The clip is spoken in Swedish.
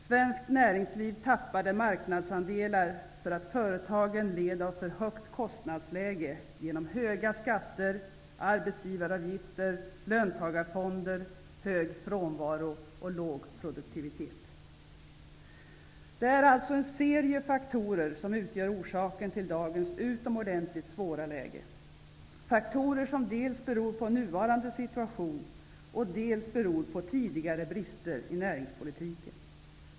Svenskt näringsliv tappade marknadsandelar därför att företagen led av ett för högt kostnadsläge genom höga skatter, arbetsgivaravgifter, löntagarfonder, hög frånvaro och låg produktivitet. Det är alltså en serie faktorer som utgör orsaken till dagens utomordentligt svåra läge -- faktorer som dels beror på nuvarande situation, dels beror på tidigare brister i näringspolitiken.